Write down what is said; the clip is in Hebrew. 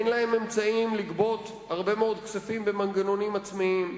אין להן אמצעים לגבות הרבה מאוד כספים במנגנונים עצמיים.